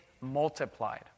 multiplied